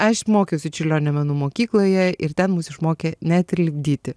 aš mokiausi čiurlionio menų mokykloje ir ten mus išmokė net ir lipdyti